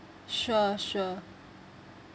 sure sure